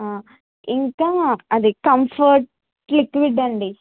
ఇంకా అది comfort liquid అండి